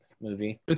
movie